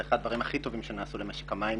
היא אחד הדברים הכי טובים שנעשו למשק המים.